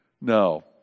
No